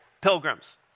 pilgrims